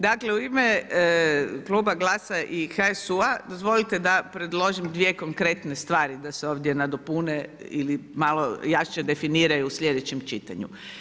Dakle u ime kluba GLAS-a i HSU-a dozvolite da predložim dvije konkretne stvari da se ovdje nadopune ili malo jače definiraju u sljedećem čitanju.